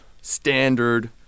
standard